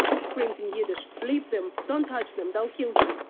screamed in yiddish, leave them, don't touch them, they'll kill you.